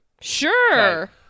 Sure